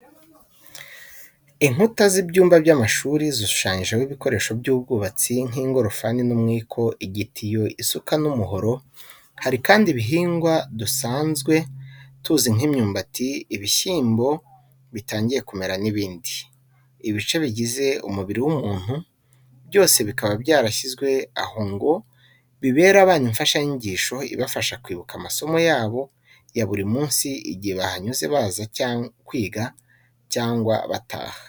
Inkuta z'ibyumba by'amashuri zishushanyijeho ibikoresho by'ubwubatsi nk'ingorofani n'umwiko, igitiyo, isuka n'umuhoro, hari kandi ibihingwa dusanzwe tuzi nk'imyumbati, ibishyimbo bitangiye kumera n'ibindi. Ibice bigize umubiri w'umuntu byose bikaba byarashyizwe aha ngo bibere abana imfashanyigisho ibafasha kwibuka amasomo yabo ya buri munsi igihe bahanyuze baza kwiga cyangwa bataha.